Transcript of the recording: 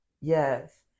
Yes